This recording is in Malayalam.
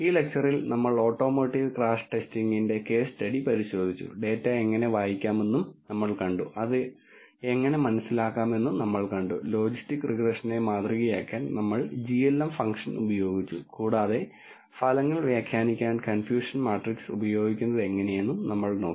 ഈ ലെക്ച്ചറിൽ നമ്മൾ ഓട്ടോമോട്ടീവ് ക്രാഷ് ടെസ്റ്റിംഗിന്റെ കേസ് സ്റ്റഡി പരിശോധിച്ചു ഡാറ്റ എങ്ങനെ വായിക്കാമെന്നും നമ്മൾ കണ്ടു അത് എങ്ങനെ മനസ്സിലാക്കാമെന്ന് നമ്മൾ കണ്ടു ലോജിസ്റ്റിക് റിഗ്രഷനെ മാതൃകയാക്കാൻ നമ്മൾ glm ഫംഗ്ഷൻ ഉപയോഗിച്ചു കൂടാതെ ഫലങ്ങൾ വ്യാഖ്യാനിക്കാൻ കൺഫ്യൂഷൻ മാട്രിക്സ് ഉപയോഗിക്കുന്നതെങ്ങനെയെന്നും നമ്മൾ നോക്കി